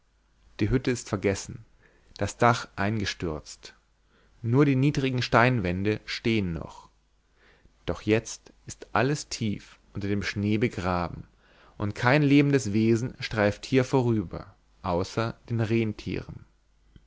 die hütte ist vergessen das dach eingestürzt nur die niedrigen steinwände stehen noch doch jetzt ist alles tief unter dem schnee begraben und kein lebendes wesen streift hier vorüber außer den renntieren